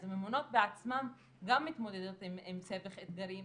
אז הממונות בעצמן גם מתמודדות עם סבך אתגרים,